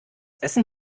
essen